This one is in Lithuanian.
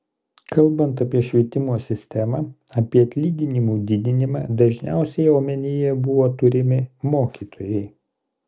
kalbant apie švietimo sistemą apie atlyginimų didinimą dažniausiai omenyje buvo turimi mokytojai